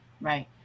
right